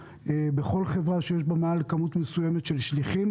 בכל חברה שיש בה מעל מספר מסוים של שליחים.